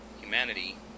humanity